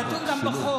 זה כתוב גם בחוק.